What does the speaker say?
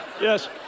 Yes